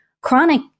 chronic